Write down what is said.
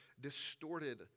distorted